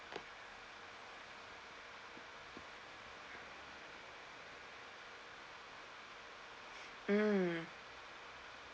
mm